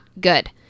good